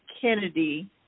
Kennedy